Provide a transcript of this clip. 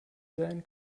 sein